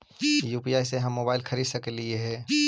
UPI से हम mobile खरिद सकलिऐ है